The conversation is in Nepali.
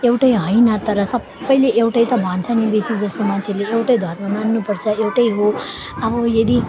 एउटै होइन तर सबैले एउटा त भन्छ नि बेसी जस्तो मान्छेले एउटै धर्म मान्नुपर्छ एउटै हो अब यदि